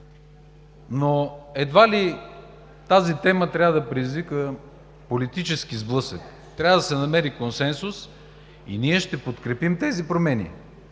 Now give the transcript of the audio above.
Едва ли тази тема трябва да предизвиква политически сблъсък. Трябва да се намери консенсус. Ние ще подкрепим тези промени,